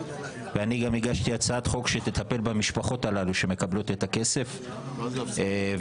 אני גם הגשתי הצעת חוק שתטפל במשפחות שמקבלות את הכסף ותאפשר